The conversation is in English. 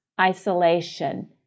isolation